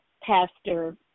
pastor